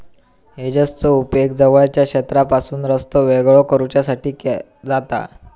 हेजेसचो उपेग जवळच्या क्षेत्रापासून रस्तो वेगळो करुच्यासाठी जाता